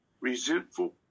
resentful